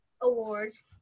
awards